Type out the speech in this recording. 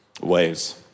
ways